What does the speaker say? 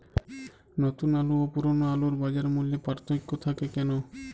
নতুন আলু ও পুরনো আলুর বাজার মূল্যে পার্থক্য থাকে কেন?